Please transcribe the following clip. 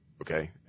Okay